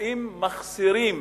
ואם מחסירים